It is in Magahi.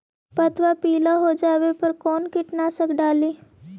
पतबा पिला हो जाबे पर कौन कीटनाशक डाली?